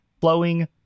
flowing